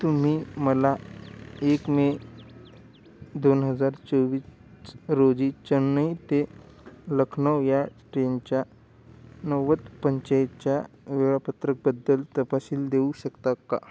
तुम्ही मला एक मे दोन हजार चोवीस रोजी चेन्नई ते लखनौ या ट्रेनच्या नव्वद पंचायितच्या वेळापत्रकाबद्दल तपशील देऊ शकता का